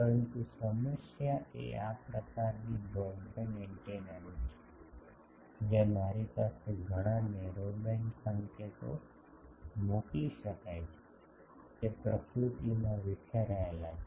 પરંતુ સમસ્યા એ આ પ્રકારની બ્રોડબેન્ડ એન્ટેનાની છે જ્યાં મારી પાસે ઘણા નેરો બેન્ડ સંકેતો મોકલી શકાય છે તે પ્રકૃતિમાં વિખરાયેલા છે